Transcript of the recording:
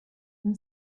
then